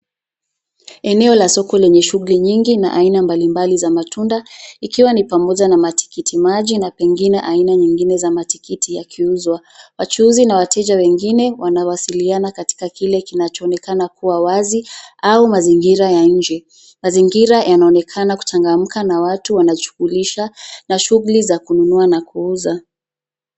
Eneo la soko lenye shughuli nyingi na aina mbalimbali za matunda ikiwa ni pamoja na matiki maji na pengine aina nyingine za matikiti yakiuzwa. Wachuuzi na wateja wengine wanawasiliana katika kile kinachoonekana kuwa wazi au mazingira ya nje. Mazingira yanaonekana kuchangamka na watu wanajishughulisha na shughuli za kununua na kuuza.